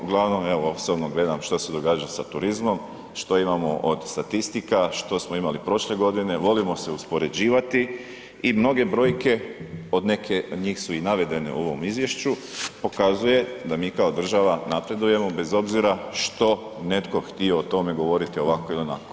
Uglavnom, evo osobno gledam što se događa sa turizmom, što imamo od statistika, što smo imali prošle godine, volimo se uspoređivati i mnoge brojke, neke od njih su i navedene u ovom izvješću pokazuje da mi kao država napredujemo bez obzira što netko htio o tome govoriti ovako ili onako.